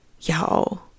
y'all